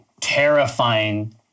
terrifying